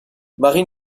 marie